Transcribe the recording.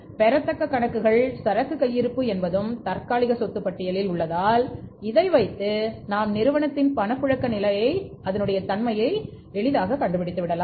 பெறத்தக்க கணக்குகள் சரக்கு கையிருப்பு என்பதும் கரண்ட் அசட் தற்காலிக சொத்து பட்டியலில் உள்ளதால் இதை வைத்து நாம் நிறுவனத்தின் பணப்புழக்க நிலை தன்மையை கண்டுபிடிக்கலாம்